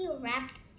wrapped